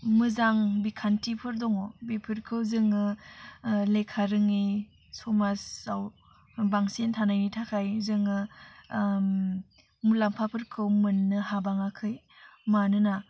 मोजां बिखान्थिफोर दङ बिफोरखौ जोङो लेखा रोङि समाजाव बांसिन थानायनि थाखाय जोङो मुलाम्फाफोरखौ मोननो हाबाङाखै मानोना